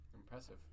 Impressive